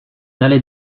allait